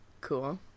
Cool